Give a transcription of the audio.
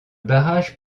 barrage